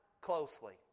closely